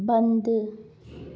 बंदि